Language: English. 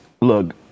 look